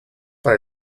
para